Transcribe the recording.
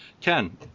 Ken